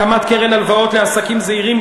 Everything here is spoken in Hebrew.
הקמת קרן הלוואות לעסקים זעירים,